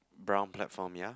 brown platform ya